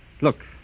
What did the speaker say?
Look